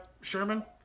Sherman